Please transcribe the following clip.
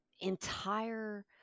entire